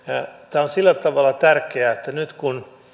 tämä on sillä tavalla tärkeää että nyt kun